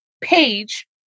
page